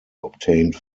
obtained